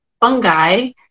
fungi